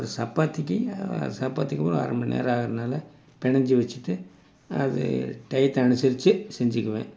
அப்புறம் சப்பாத்திக்கு சப்பாத்திக்கூட அரை மணி நேரம் ஆகிறதனால பிணைஞ்சி வச்சுட்டு அது டயத்தை அனுசரித்து செஞ்சுக்குவேன்